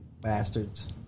Bastards